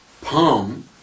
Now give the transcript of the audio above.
palm